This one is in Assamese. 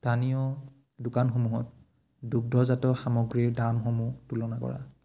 স্থানীয় দোকানসমূহত দুগ্ধজাত সামগ্ৰীৰ দামসমূহ তুলনা কৰা